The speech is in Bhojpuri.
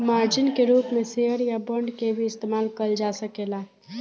मार्जिन के रूप में शेयर या बांड के भी इस्तमाल कईल जा सकेला